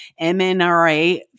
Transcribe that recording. MNRA